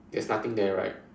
there's nothing there right